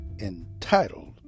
entitled